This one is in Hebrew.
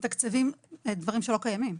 מתקצבים דברים שלא קיימים.